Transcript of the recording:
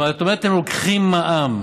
אבל את אומרת: הם לוקחים מע"מ.